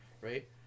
right